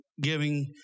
giving